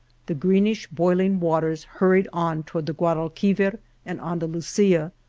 the greenish boiling waters hur ried on toward the guadalquivir and anda lusia.